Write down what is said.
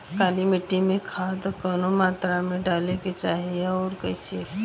काली मिट्टी में खाद कवने मात्रा में डाले के चाही अउर कइसे?